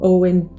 Owen